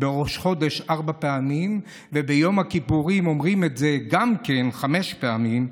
בראש חודש ארבע פעמים וביום הכיפורים אומרים את זה גם חמש פעמים,